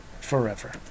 forever